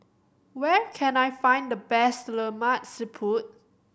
where can I find the best Lemak Siput